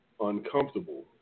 uncomfortable